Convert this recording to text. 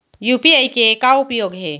UPI के का उपयोग हे?